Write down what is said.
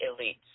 elites